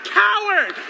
coward